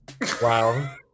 Wow